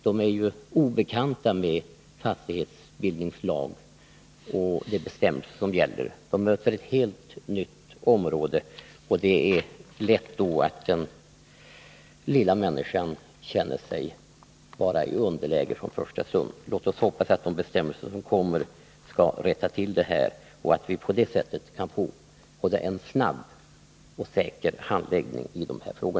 De är obekanta med fastighetsbildningslagen och de bestämmelser som gäller. De möter ett helt nytt område, och det är då lätt att den lilla människan känner sig vara i underläge från första stund. Låt oss hoppas att de bestämmelser som kommer skall rätta till detta och att vi på detta sätt skall få en både snabb och säker handläggning i dessa frågor.